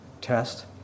test